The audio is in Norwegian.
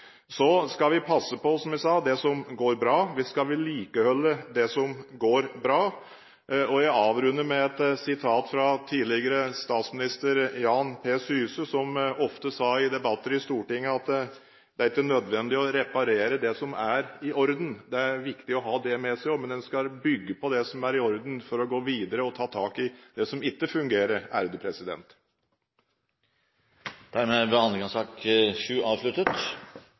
Så skal vi passe på, som jeg sa, det som går bra. Vi skal vedlikeholde det som går bra. Jeg avrunder med å vise til tidligere statsminister Jan P. Syse, som ofte sa i debatter i Stortinget at det er ikke nødvendig å reparere det som er i orden. Det er viktig å ha det med seg også, men en skal bygge på det som er i orden for å gå videre og ta tak i det som ikke fungerer. Dermed er sak nr. 7 avsluttet.